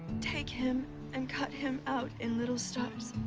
take him and cut him out in little stars.